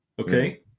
Okay